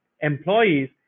employees